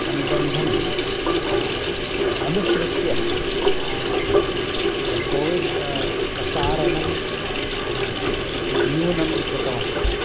अनुबन्धम् अनुसृत्य कोविड् प्रसारणं न्यूनं कृतवन्तः